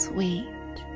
Sweet